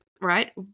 right